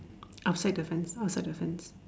outside the fence outside the fence